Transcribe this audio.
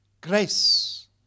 grace